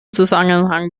zusammenhang